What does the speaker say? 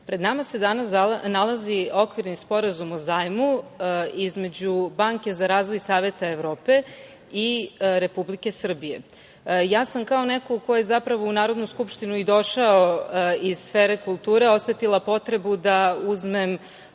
nama se danas nalazi Okvirni sporazum o zajmu između Banke za razvoj Saveta Evrope i Republike Srbije. Ja sam neko ko je u Narodnu skupštinu došao iz sfere kulture, osetila potrebu da uzmem